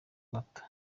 gato